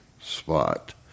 spot